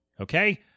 Okay